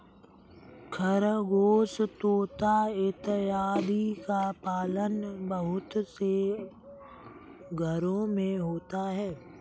खरगोश तोता इत्यादि का पालन बहुत से घरों में होता है